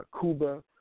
Cuba